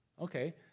Okay